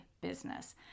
business